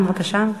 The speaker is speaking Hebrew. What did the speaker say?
בבקשה.